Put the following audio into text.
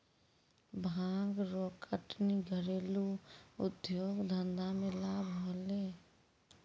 भांग रो कटनी घरेलू उद्यौग धंधा मे लाभ होलै